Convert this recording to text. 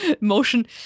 motion